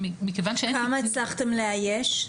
כמה הצלחתם לאייש?